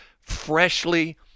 freshly